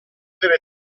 tenere